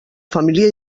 família